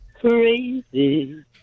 Crazy